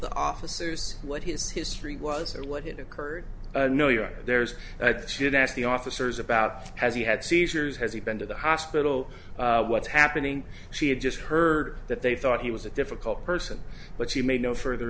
the officers what his history was or what it occurred no you're right there's that should ask the officers about has he had seizures has he been to the hospital what's happening she had just heard that they thought he was a difficult person but she made no further